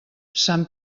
sant